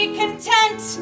content